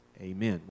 amen